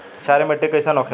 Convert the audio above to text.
क्षारीय मिट्टी कइसन होखेला?